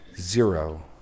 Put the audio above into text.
Zero